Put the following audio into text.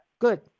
Good